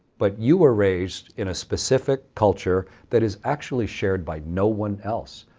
but you were raised in a specific culture that is actually shared by no one else.